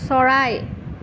চৰাই